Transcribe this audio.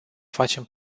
facem